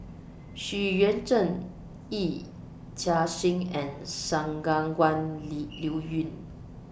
Xu Yuan Zhen Yee Chia Hsing and Liuyun